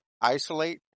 isolate